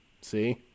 see